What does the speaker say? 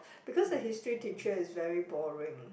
because the History teacher is very boring